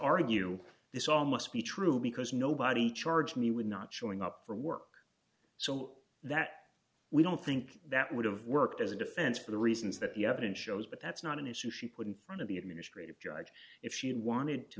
argue this all must be true because nobody charged me with not showing up for work so that we don't think that would have worked as a defense for the reasons that the evidence shows but that's not an issue she put in front of the administrative judge if she wanted to